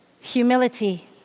humility